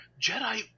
Jedi